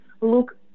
look